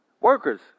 workers